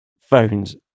phones